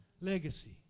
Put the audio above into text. Legacy